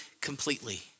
completely